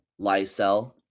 Lysel